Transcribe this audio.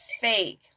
fake